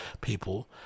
people